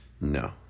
No